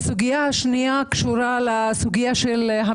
הסוגיה השנייה קשורה למשפחתונים,